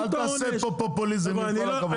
אל תעשה פה פופוליזם עם כל הכבוד.